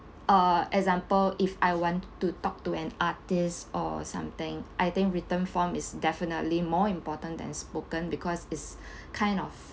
uh example if I want to talk to an artist or something I think written form is definitely more important than spoken because it's kind of